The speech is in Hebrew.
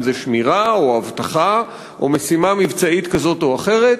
אם זה שמירה או אבטחה או משימה מבצעית כזאת או אחרת,